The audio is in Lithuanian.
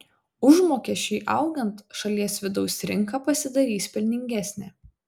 užmokesčiui augant šalies vidaus rinka pasidarys pelningesnė